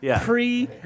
pre